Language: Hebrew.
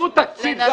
תנו תקציב.